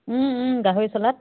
গাহৰি চালাড